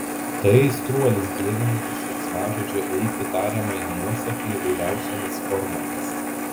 tai aistruolis dievinantis veiksmažodžio eiti tariamąją nuosaką įvairiausiomis formomis